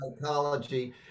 psychology